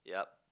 yup